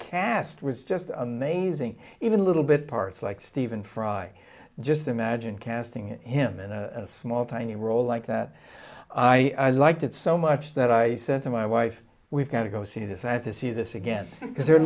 cast was just amazing even a little bit parts like stephen fry just imagine casting him in a small tiny role like that i liked it so much that i said to my wife we've got to go see the scientists see this again because the